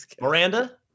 Miranda